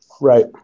Right